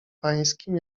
pańskim